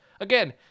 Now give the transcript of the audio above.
Again